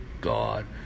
God